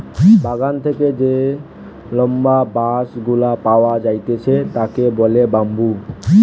বাগান থেকে যে লম্বা বাঁশ গুলা পাওয়া যাইতেছে তাকে বলে বাম্বু